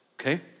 okay